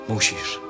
Musisz